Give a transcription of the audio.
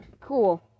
cool